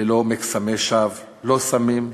ללא מקסמי שווא, לא סמים,